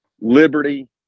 Liberty